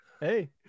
hey